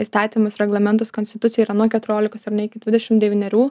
įstatymus reglamentus konstitucijoj yra nuo keturiolikos ar ne iki dvidešim devynerių